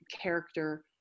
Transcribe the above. character